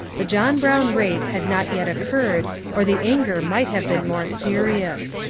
the john brown raid had not yet occurred or the anger might have been more serious.